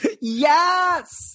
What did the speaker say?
Yes